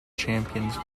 champions